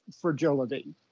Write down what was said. fragility